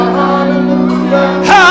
hallelujah